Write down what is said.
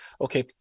Okay